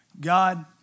God